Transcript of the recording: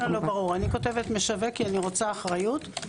אני כותבת משווק כי אני רוצה אחריות.